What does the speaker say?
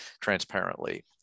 transparently